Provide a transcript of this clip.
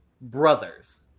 brothers